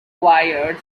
required